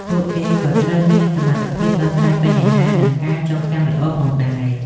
ពួកគេក៏ត្រូវមានសមត្ថភាពដោះស្រាយបញ្ហានិងការចងចាំល្អផងដែរ។